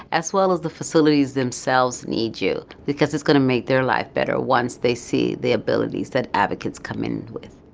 as well as the facilities themselves need you, because it's going to make their life better once they see the abilities that advocates come in with.